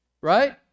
Right